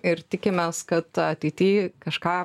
ir tikimės kad ateity kažką